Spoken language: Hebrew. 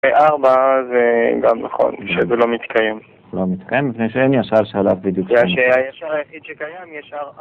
ארבע זה גם נכון, שזה לא מתקיים לא מתקיים, בפני שאין ישר שאלה בדיוק שאין שאלה ישר היחיד שקיים ישר ארבע